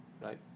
right